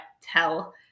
tell